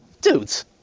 Dudes